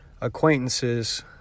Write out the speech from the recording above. acquaintances